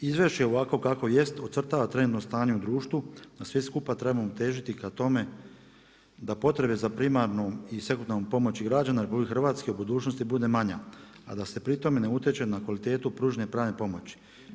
Izvješće ovakvo kakvo jest ocrtava trenutno stanje u društvu, no svi skupa trebamo težiti ka tome da potrebe za primarnu i sekundarnu pomoć i građana RH u budućnosti bude manja, a da se pri tome ne utječe na kvalitetu pružene pravne pomoći.